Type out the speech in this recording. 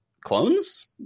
clones